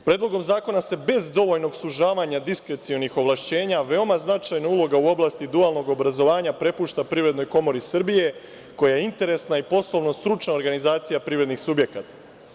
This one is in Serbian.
Predlogom zakona se, bez dovoljnog sužavanje diskrecionih ovlašćenja, veoma značajna uloga u oblasti dualnog obrazovanja prepušta Privrednoj komori Srbije, koja je interesna i poslovno stručna organizacija privrednih subjekata.